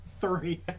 Three